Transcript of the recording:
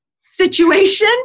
situation